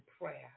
prayer